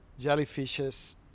Jellyfishes